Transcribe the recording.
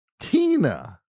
Tina